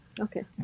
Okay